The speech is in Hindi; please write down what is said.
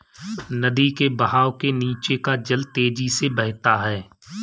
नदी के बहाव के नीचे का जल तेजी से बहता है